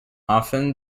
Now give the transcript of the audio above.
often